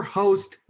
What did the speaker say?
host